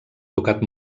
tocat